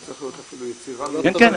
זה צריך להיות יצירה --- כן,